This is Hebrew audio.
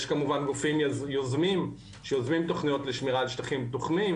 יש כמובן גופים יוזמים שיוזמים תוכניות לשמירה על שטחים פתוחים,